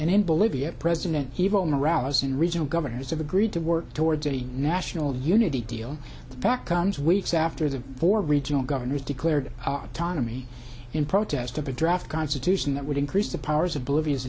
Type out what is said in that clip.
and in bolivia president evo morales and regional governors have agreed to work towards a national unity deal that comes weeks after the war regional governors declared autonomy in protest of a draft constitution that would increase the powers of bolivi